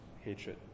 hatred